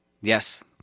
yes